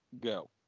go